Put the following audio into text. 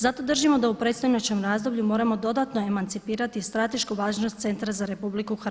Zato držimo da u predstojećem razdoblju moramo dodatno emancipirati stratešku važnost Centra za Republiku